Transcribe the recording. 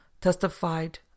testified